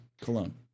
Cologne